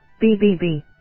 BBB